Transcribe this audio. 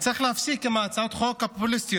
צריך להפסיק עם הצעות החוק הפופוליסטיות.